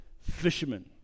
fishermen